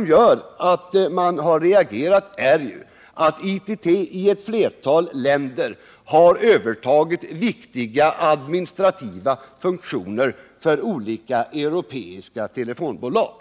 Men att man reagerat beror ju på att ITT i ett flertal länder har övertagit viktiga administrativa funktioner för olika europeiska telefonbolag.